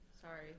Sorry